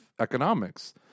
economics